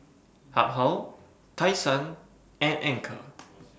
Habhal Tai Sun and Anchor